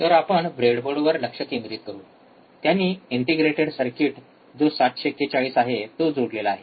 तर आपण ब्रेडबोर्डवर लक्ष केंद्रित करू त्यांनी इंटिग्रेटेड सर्किट जो ७४१ आहे तो जोडलेला आहे